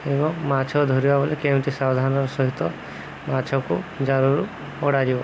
ଏବଂ ମାଛ ଧରିବା ବେଳେ କେମିତି ସାଧାରଣ ସହିତ ମାଛକୁ ଜାଲରୁ ପଡ଼ାଯିବ